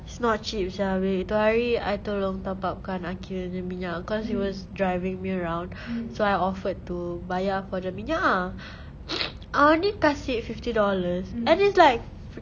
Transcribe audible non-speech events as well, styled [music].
it's not cheap sia babe tu hari I tolong top up kan aqil punya minyak cause he was driving me around so I offered to bayar for the minyak ah [noise] I only kasi fifty dollars and it's like